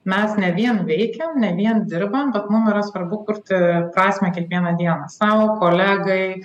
mes ne vien veikiam ne vien dirbam bet mum yra svarbu kurti prasmę kiekvieną dieną sau kolegai